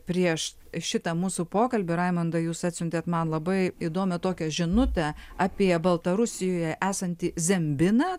prieš šitą mūsų pokalbį raimondai jūs atsiuntėt man labai įdomią tokią žinutę apie baltarusijoje esantį zembiną